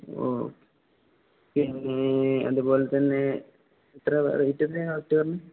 ഓ പിന്നെ അതുപോലെ തന്നെ എത്ര റേറ്റ്ന്നെയ കൊററ്റ് പറഞ്ഞു